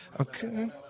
Okay